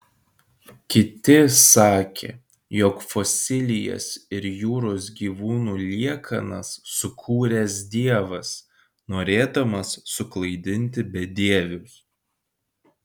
kiti sakė jog fosilijas ir jūros gyvūnų liekanas sukūręs dievas norėdamas suklaidinti bedievius